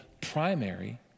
primary